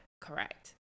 correct